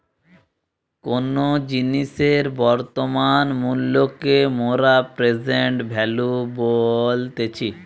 কোনো জিনিসের বর্তমান মূল্যকে মোরা প্রেসেন্ট ভ্যালু বলতেছি